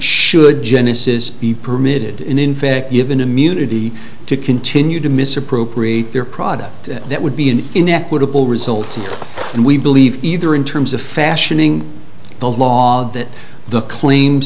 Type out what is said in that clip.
should genesis's be permitted and in fact given immunity to continue to misappropriate their product that would be an inequitable result and we believe either in terms of fashioning the law that the claim